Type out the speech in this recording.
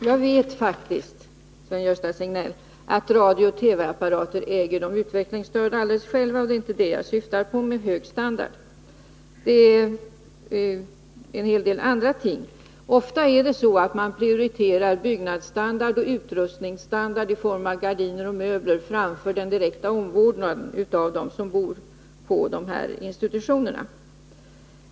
Herr talman! Jag vet faktiskt, Sven-Gösta Signell, att radiooch TV-apparater äger de utvecklingsstörda alldeles själva, och det är inte det jag syftar på med ”hög standard”. Det är en hel del andra ting. Ofta är det så att man prioriterar byggnadsstandard och utrustningsstandard i form av gardiner och möbler framför den direkta omvårdnanden av dem som bor på dessa institutioner.